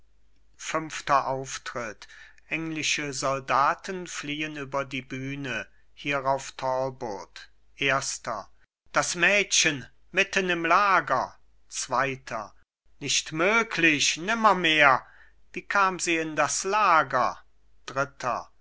fünfter auftritt englische soldaten fliehen über die bühne hierauf talbot erster das mädchen mitten im lager zweiter nicht möglich nimmermehr wie kam sie in das lager dritter